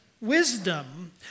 wisdom